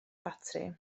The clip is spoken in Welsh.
ffatri